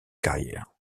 carrière